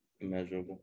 immeasurable